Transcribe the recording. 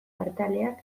partalek